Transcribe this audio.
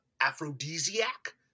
aphrodisiac